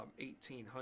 1800